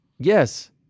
Yes